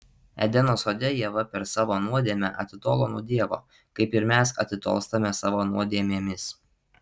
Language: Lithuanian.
edeno sode ieva per savo nuodėmę atitolo nuo dievo kaip ir mes atitolstame savo nuodėmėmis